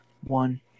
One